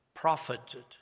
Profited